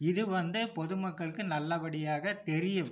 இது வந்து பொதுமக்களுக்கு நல்லபடியாக தெரியும்